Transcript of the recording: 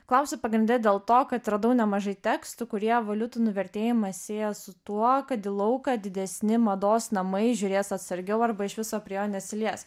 klausiu pagrinde dėl to kad radau nemažai tekstų kurie valiutų nuvertėjimą sieja su tuo kad į lauką didesni mados namai žiūrės atsargiau arba iš viso prie jo nesilies